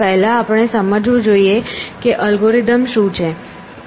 પહેલા આપણે સમજવું જોઈએ કે અલ્ગોરિધમ શું છે